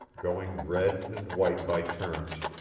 going red and white by turns,